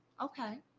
Okay